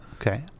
Okay